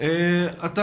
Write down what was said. אני יכול להתייחס?